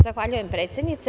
Zahvaljujem, predsednice.